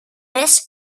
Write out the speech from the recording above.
mes